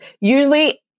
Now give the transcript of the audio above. usually